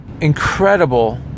incredible